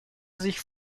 sich